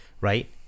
Right